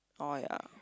oh ya